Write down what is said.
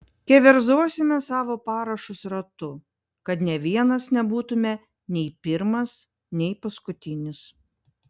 keverzosime savo parašus ratu kad nė vienas nebūtume nei pirmas nei paskutinis